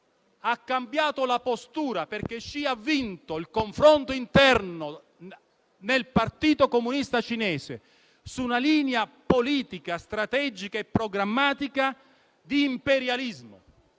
ha cambiato atteggiamento, perché egli ha vinto il confronto interno nel partito comunista cinese su una linea politica, strategica e programmatica di imperialismo.